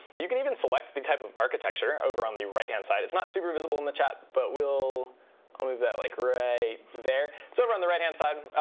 you can even select the type of architecture over on the right hand side. it's not super visible in the chat, but i'll move that like right there. it's over on the right hand side.